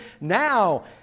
now